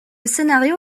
scénario